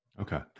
Okay